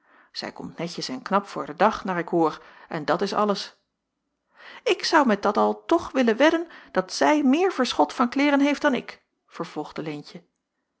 zij komt netjes en knap voor den dag naar ik hoor en dat is alles ik zou met dat al toch willen wedden dat zij meer verschot van kleêren heeft dan ik vervolgde leentje